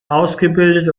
ausgebildet